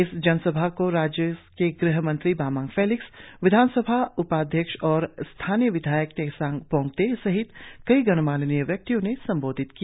इस जनसभा को राज्य के गृह मंत्री बामांग फेलिक्स विधान सभा उपाध्यक्ष और स्थानीय विधायक तेसांग पोंगते सहित कई गणमान्य व्यक्तियों ने संबोधित किया